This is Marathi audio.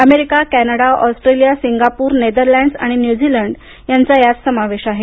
America Canada Australia Singapore Netherlands आणि न्यूझीलंड यांचा यात समावेश आहे